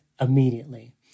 immediately